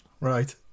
right